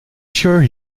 sure